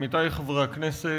תודה, עמיתי חברי הכנסת,